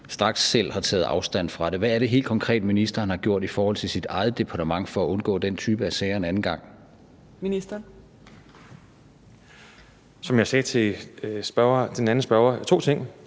Som jeg sagde til en anden spørger: To ting.